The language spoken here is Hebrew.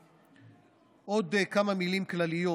עוד כמה מילים כלליות